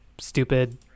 stupid